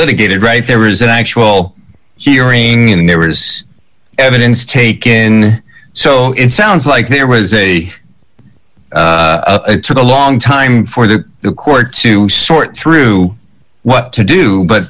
litigated right there is an actual hearing and there was evidence takin so it sounds like there was a took a long time for the court to sort through what to do but